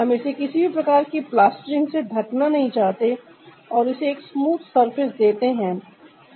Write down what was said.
हम इसे किसी भी प्रकार की प्लास्टरिंग से ढकना नहीं चाहते और इसे एक स्मूथ सर्फेस देते हैं